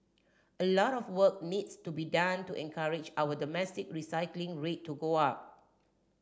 a lot of work needs to be done to encourage our domestic recycling rate to go up